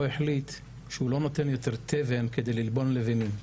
החליט שהוא לא נותן יותר תבן כדי ללבון לבנים.